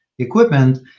equipment